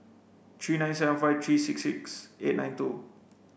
three nine seven five three six six eight nine two